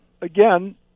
Again